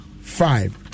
five